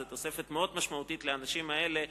זו תוספת משמעותית מאוד לאנשים האלה.